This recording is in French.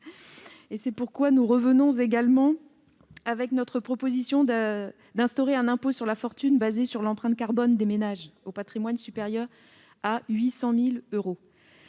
C'est pourquoi nous revenons également avec cet amendement visant à instaurer un impôt sur la fortune fondé sur l'empreinte carbone des ménages au patrimoine supérieur à 800 000 euros.